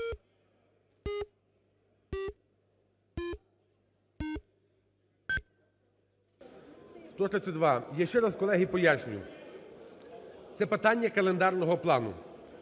За-132 Я ще раз, колеги пояснюю, це питання календарного плану,